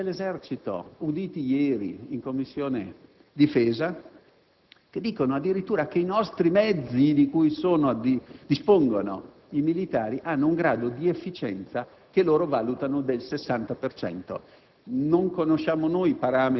e lo dicono i generali dell'Esercito uditi ieri in Commissione difesa, che affermano addirittura che i mezzi di cui dispongono i nostri militari hanno un grado di efficienza che loro valutano del 60